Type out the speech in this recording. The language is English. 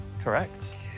Correct